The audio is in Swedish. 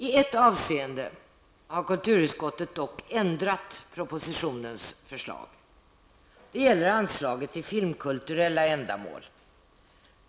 I ett avseende har kulturutskottet dock ändrat propositionens förslag. Det gäller anslaget till filmkulturella ändamål.